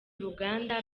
uruganda